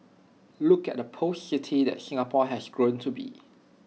look at the post city that Singapore had grown to be